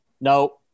No